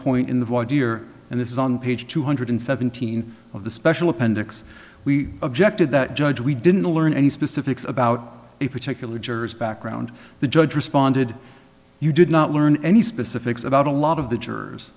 point in the volunteer and this is on page two hundred seventeen of the special appendix we objected that judge we didn't learn any specifics about a particular juror's background the judge responded you did not learn any specifics about a lot of the jurors